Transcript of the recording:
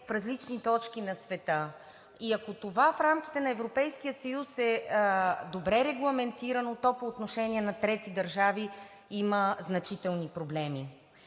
в различни точки на света. Ако това в рамките на Европейския съюз е добре регламентирано, то по отношение на трети държави има значителни проблеми.